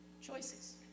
choices